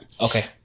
Okay